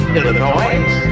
Illinois